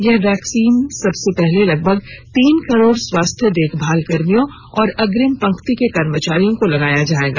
यह वैक्सीन सबसे पहले लगभग तीन करोड़ स्वास्थ्य देखभाल कर्मियों और अग्रिम पंक्ति के कर्मचारियों को लगाया जाएगा